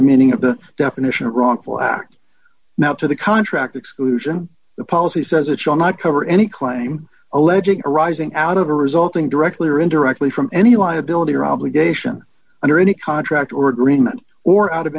the meaning of the definition of wrongful act now to the contract exclusion the policy says it shall not cover any claim alleging arising out of a resulting directly or indirectly from any liability or obligation under any contract or agreement or out of